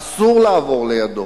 אסור לעבור לידו,